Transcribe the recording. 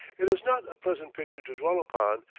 it is not a pleasant picture to dwell upon,